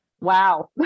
wow